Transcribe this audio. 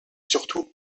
surtout